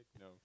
No